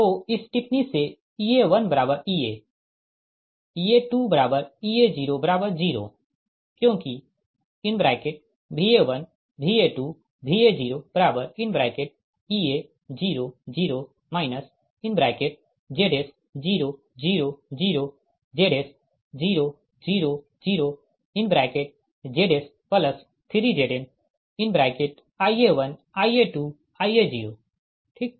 तो इस टिप्पणी से Ea1Ea Ea2Ea00 क्योंकि Va1 Va2 Va0 Ea 0 0 Zs 0 0 0 Zs 0 0 0 Zs3Zn Ia1 Ia2 Ia0 ठीक